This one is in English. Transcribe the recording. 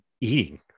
eating